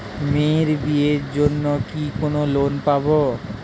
মেয়ের বিয়ের জন্য কি কোন লোন পাব?